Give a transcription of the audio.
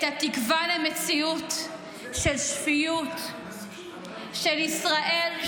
את התקווה למציאות של שפיות של ישראל,